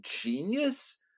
genius